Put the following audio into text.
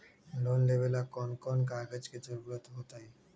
Loan लेवेला कौन कौन कागज के जरूरत होतई?